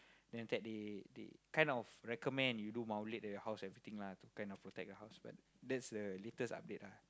then after that they they kind of recommend you do maulid at your house everything lah to kind of protect your house but that's the latest update ah